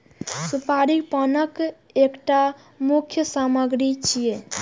सुपारी पानक एकटा मुख्य सामग्री छियै